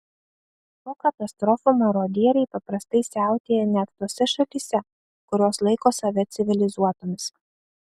po katastrofų marodieriai paprastai siautėja net tose šalyse kurios laiko save civilizuotomis